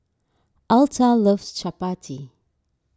Altha loves Chapati